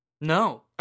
No